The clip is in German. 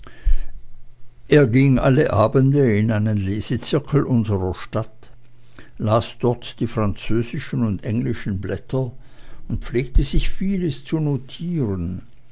er ging alle abende in einen lesezirkel unserer stadt las dort die französischen und englischen blätter und pflegte sich vieles zu notieren